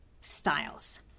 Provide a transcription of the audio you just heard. styles